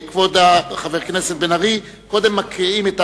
כבוד חבר הכנסת בן-ארי, קודם מקריאים את